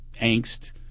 angst